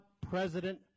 President